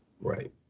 Right